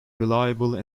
reliable